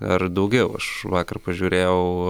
ar daugiau aš vakar pažiūrėjau